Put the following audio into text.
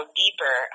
deeper